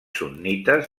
sunnites